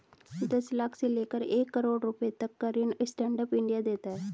दस लाख से लेकर एक करोङ रुपए तक का ऋण स्टैंड अप इंडिया देता है